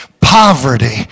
Poverty